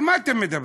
על מה אתם מדברים?